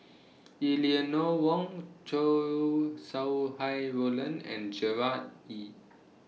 Eleanor Wong Chow Sau Hai Roland and Gerard Ee